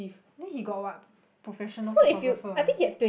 then he got what professional photographer